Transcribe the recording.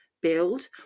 build